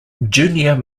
junior